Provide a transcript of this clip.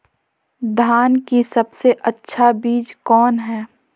धान की सबसे अच्छा बीज कौन है?